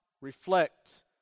reflect